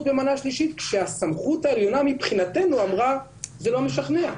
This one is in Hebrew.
במנה שלישית כשהסמכות העליונה מבחינתנו אמרה שזה לא משכנע?